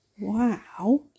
wow